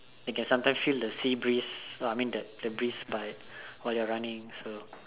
I can sometime feel the sea breeze I mean the breeze by while you are running so